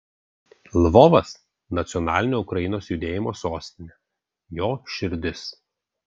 lvovas nacionalinio ukrainos judėjimo sostinė jo širdis